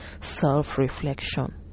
self-reflection